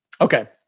Okay